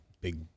big